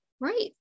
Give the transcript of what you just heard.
Right